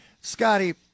Scotty